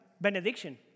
benediction